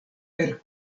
per